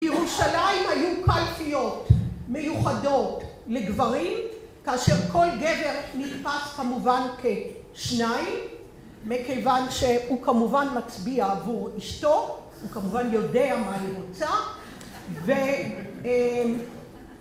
ירושלים היו קלפיות מיוחדות לגברים כאשר כל גבר נקפץ כמובן כשניים מכיוון שהוא כמובן מצביע עבור אשתו הוא כמובן יודע מה היא רוצה ו.. אמ..